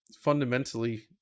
fundamentally